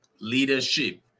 Leadership